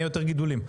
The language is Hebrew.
יהיה יותר גידולים.